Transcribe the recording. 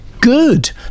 good